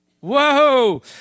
Whoa